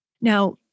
Now